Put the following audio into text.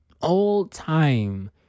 all-time